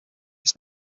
its